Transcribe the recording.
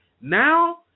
Now